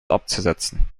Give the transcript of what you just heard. abzusetzen